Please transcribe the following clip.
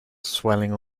swelling